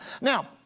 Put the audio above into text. Now